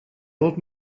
old